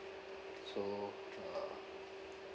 so uh